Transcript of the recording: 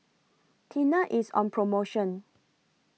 Tena IS on promotion